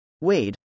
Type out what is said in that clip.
Wade